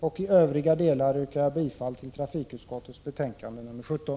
I övriga delar yrkar jag bifall till trafikutskottets hemställan i betänkande nr 17.